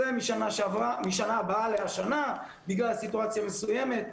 זה משנה הבאה להשנה, בגלל סיטואציה מסוימת,